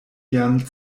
ian